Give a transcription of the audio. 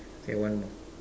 okay one more